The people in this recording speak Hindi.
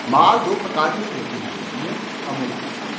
माल दो प्रकार के होते है मूर्त अमूर्त